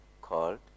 called